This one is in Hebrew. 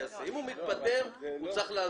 אם הוא מתפטר, הוא צריך לעזוב.